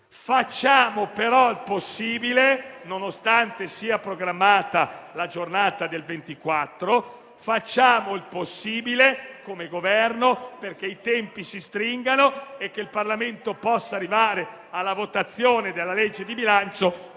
Facciamo però il possibile come Governo, nonostante sia programmata la giornata del 24, perché i tempi si stringano e il Parlamento possa arrivare alla votazione della legge di bilancio